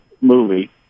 movie